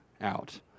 out